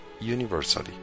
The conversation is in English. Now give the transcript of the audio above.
universally